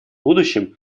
будущем